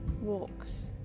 Walks